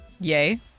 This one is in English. Yay